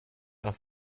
auf